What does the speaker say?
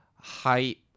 height